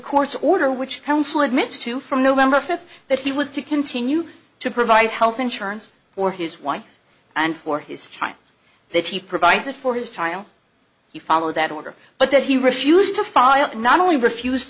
court's order which counsel admits to from november fifth that he was to continue to provide health insurance for his wife and for his child that he provides it for his trial if you follow that order but that he refused to file not only refused